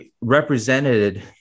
represented